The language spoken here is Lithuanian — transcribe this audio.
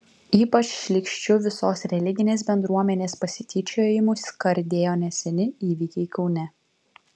ypač šlykščiu visos religinės bendruomenės pasityčiojimu skardėjo neseni įvykiai kaune